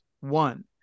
One